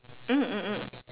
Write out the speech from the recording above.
mm mm mm